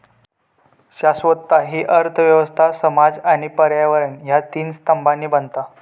शाश्वतता हि अर्थ व्यवस्था, समाज आणि पर्यावरण ह्या तीन स्तंभांनी बनता